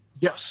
Yes